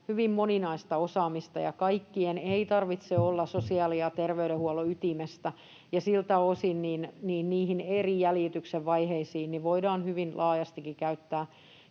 hyvin moninaista osaamista ja kaikkien ei tarvitse olla sosiaali- ja terveydenhuollon ytimestä. Ja siltä osin niihin jäljityksen eri vaiheisiin voidaan hyvin laajastikin käyttää